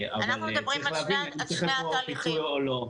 צריך להבין אם צריך פה פיצוי או לא.